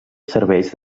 serveis